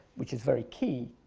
which is very key,